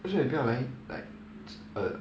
为什么你不要来 like err